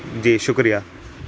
جی شکریہ